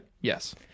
yes